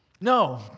No